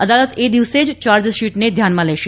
અદાલત એ દિવસે જ ચાર્જશીટને ધ્યાનમાં લેશે